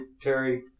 Terry